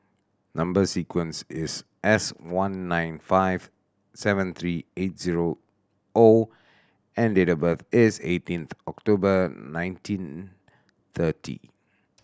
number sequence is S one nine five seven three eight zero O and date of birth is eighteenth October nineteen thirty